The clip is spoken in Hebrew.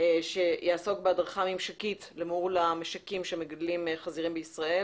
שיעסוק בהדרכה ממשקית למול המשקים שמגדלים חזירים בישראל.